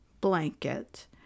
blanket